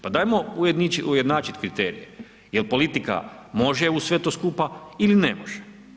Pa dajmo ujednačiti kriterij jel' politika može u sve to skupa ili ne može.